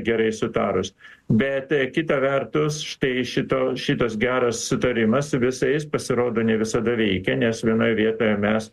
gerai sutarus bet kita vertus štai šito šitas geras sutarimas su visais pasirodo ne visada veikia nes vienoj vietoje mes